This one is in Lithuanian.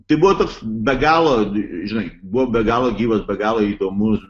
tai buvo toks be galo žinai buvo be galo gyvas be galo įdomus